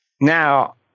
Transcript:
Now